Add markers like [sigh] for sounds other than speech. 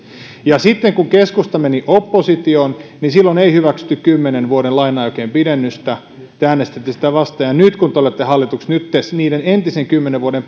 sitten kun keskusta meni oppositioon silloin ei hyväksytty kymmenen vuoden laina aikojen pidennystä te äänestitte sitä vastaan ja nyt kun te olette hallituksessa nyt te niiden entisten kymmenen vuoden [unintelligible]